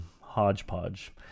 hodgepodge